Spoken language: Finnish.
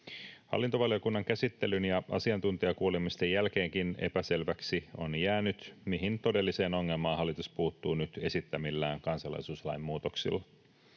Hallintovaliokunnan käsittelyn ja asiantuntijakuulemisten jälkeenkin epäselväksi on jäänyt, mihin todelliseen ongelmaan hallitus puuttuu nyt esittämillään kansalaisuuslain muutoksilla.